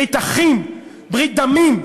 ברית אחים, ברית דמים.